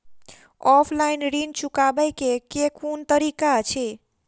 Offline ऋण चुकाबै केँ केँ कुन तरीका अछि?